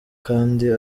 kandi